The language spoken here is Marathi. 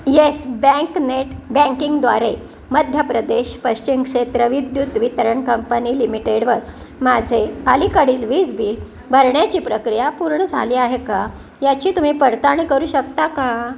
येस बँक नेट बँकिंगद्वारे मध्य प्रदेश पश्चिम क्षेत्र विद्युत वितरण कंपनी लिमिटेडवर माझे अलीकडील वीज बिल भरण्याची प्रक्रिया पूर्ण झाली आहे का याची तुम्ही पडताळणी करू शकता का